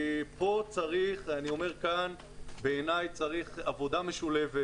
אני אומר כאן בעיני צריכה להיות עבודה משולבת